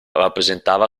rappresentava